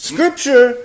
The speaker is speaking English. Scripture